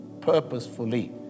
purposefully